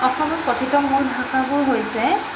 অসমত কঠিত মূল ভাষাবোৰ হৈছে